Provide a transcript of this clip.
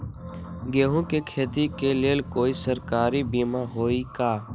गेंहू के खेती के लेल कोइ सरकारी बीमा होईअ का?